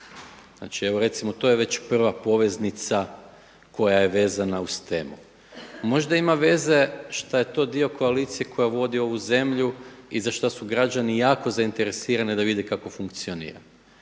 Znači, evo recimo to je već prva poveznica koja je vezana uz temu. Možda ima veze šta je to dio koalicije koja vodi ovu zemlju i za što su građani jako zainteresirani da vide kako funkcionira.